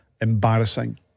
embarrassing